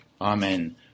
Amen